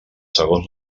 segons